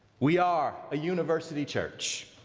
we are a university church.